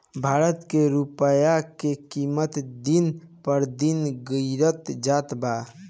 भारत के रूपया के किमत दिन पर दिन गिरत जात बा